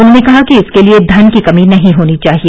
उन्होंने कहा कि इसके लिए धन की कमी नहीं होनी चाहिए